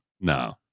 No